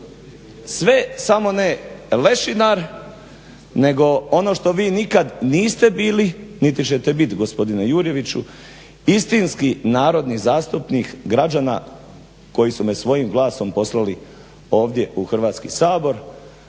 sve samo ne lešinar nego ono što vi nikada bili niti ćete biti gospodine Jurjeviću, istinski narodni zastupnik građana koji su me svojim glasom poslali ovdje u Hrvatski sabor,